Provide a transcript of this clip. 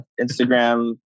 Instagram